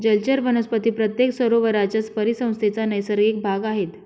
जलचर वनस्पती प्रत्येक सरोवराच्या परिसंस्थेचा नैसर्गिक भाग आहेत